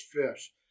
fish